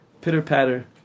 pitter-patter